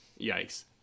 Yikes